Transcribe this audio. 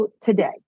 today